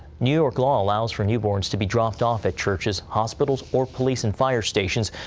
new york law allows for newborns to be dropped off at churches, hospitals, or police and fire stations,